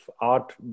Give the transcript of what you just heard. art